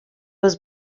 was